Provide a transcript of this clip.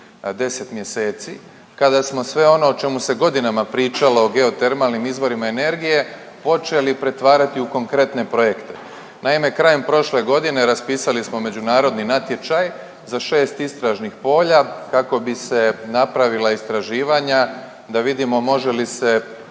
10 mjeseci kada smo sve ono o čemu se godinama pričalo o geotermalnim izvorima energije počeli pretvarati u konkretne projekte. Naime, krajem prošle godine raspisali smo međunarodni natječaj za 6 istražnih polja kako bi se napravila istraživanja da vidimo može li se